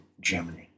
Germany